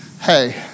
hey